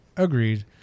Agreed